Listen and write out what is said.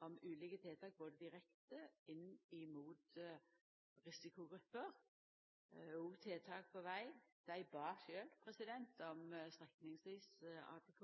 om ulike tiltak direkte inn mot risikogrupper og om tiltak på veg. Dei bad sjølve f.eks. om strekningsvis ATK.